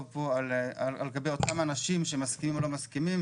פה על אותם אנשים שמסכימים או לא מסכימים,